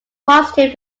positive